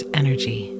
energy